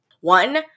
One